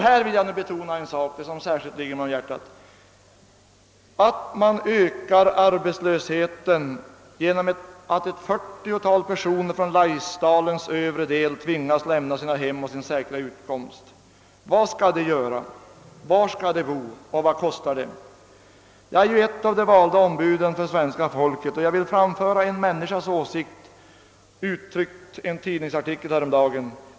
Här vill jag betona vad som särskilt ligger mig om hjärtat, nämligen att man ökar arbetslösheten genom att ett 40 tal personer ifrån Laisdalens övre del tvingas lämna sina hem och sin säkra utkomst. Vad skall de göra, var skall de bo och vad kostar det? Jag är ett av de valda ombuden för svenska folket. Jag vill framföra en människas åsikt, uttryckt i en tidningsartikel häromdagen.